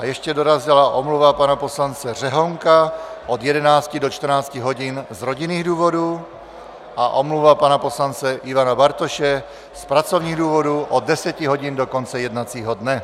Ještě dorazila omluva pana poslance Řehounka od 11 do 14 hodin z rodinných důvodů a omluva pana poslance Ivana Bartoše z pracovních důvodů od 10 hodin do konce jednacího dne.